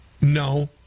no